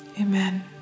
Amen